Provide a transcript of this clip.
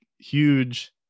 huge